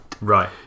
Right